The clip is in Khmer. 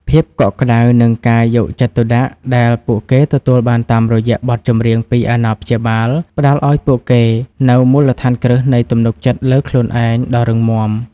ភាពកក់ក្តៅ និងការយកចិត្តទុកដាក់ដែលពួកគេទទួលបានតាមរយៈបទចម្រៀងពីអាណាព្យាបាល ផ្តល់ឱ្យពួកគេនូវមូលដ្ឋានគ្រឹះនៃទំនុកចិត្តលើខ្លួនឯងដ៏រឹងមាំ